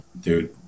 dude